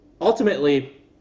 ultimately